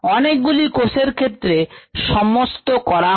অনেকগুলি কোষের ক্ষেত্রে সমস্ত করা হয়